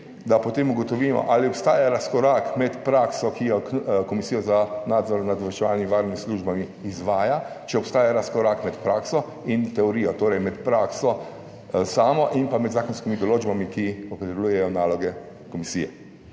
da potem ugotovimo, ali obstaja razkorak med prakso, ki jo Komisija za nadzor nad obveščevalnimi-varnostnimi službami izvaja, če obstaja razkorak med prakso in teorijo, torej med prakso samo in pa med zakonskimi določbami, ki opredeljujejo naloge komisije.